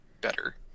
better